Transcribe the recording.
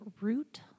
root